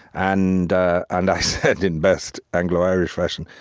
and and i said in best anglo-irish fashion,